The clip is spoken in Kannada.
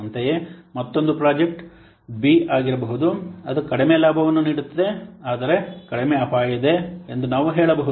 ಅಂತೆಯೇ ಮತ್ತೊಂದು ಪ್ರಾಜೆಕ್ಟ್ ಮತ್ತೊಂದು ಪ್ರಾಜೆಕ್ಟ್ ಬಿ ಆಗಿರಬಹುದು ಅದು ಕಡಿಮೆ ಲಾಭವನ್ನು ನೀಡುತ್ತದೆ ಆದರೆ ಕಡಿಮೆ ಅಪಾಯವಿದೆ ಎಂದು ನಾವು ಹೇಳಬಹುದು